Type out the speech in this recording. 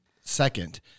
second